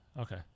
Okay